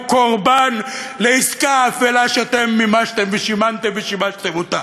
קורבן לעסקה אפלה שאתם מימשתם ושימנתם ושימשתם אותה,